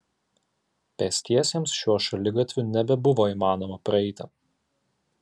pėstiesiems šiuo šaligatviu nebebuvo įmanoma praeiti